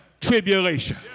tribulation